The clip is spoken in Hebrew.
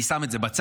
אני שם את זה בצד,